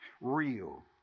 Real